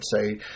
say